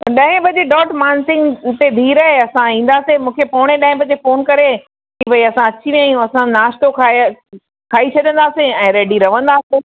ॾहें बजे डोट मानसिंह ते बीहु रहे असां ईंदासीं मूंखे पोणे ॾहें बजे फ़ोन करे के भई असां अची विया आहियूं असां नाश्तो खाये खाई छॾंदासीं ऐं रेडी रवंदासीं